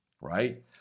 right